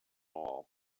all